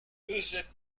eusèbe